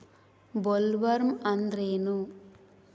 Bollworm ಅಂದ್ರೇನು?